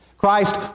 Christ